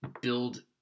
build